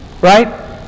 Right